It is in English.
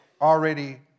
already